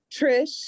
Trish